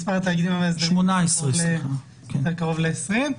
מספר התאגידים המאסדרים קרוב יותר ל-20.